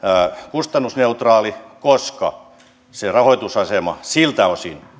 kustannusneutraali koska se rahoitusasema siltä osin